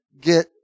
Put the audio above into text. get